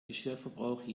geschirrverbrauch